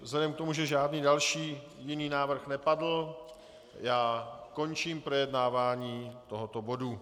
Vzhledem k tomu, že žádný další jiný návrh nepadl, končím projednávání tohoto bodu.